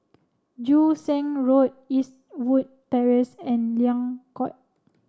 Joo Seng Road Eastwood Terrace and Liang Court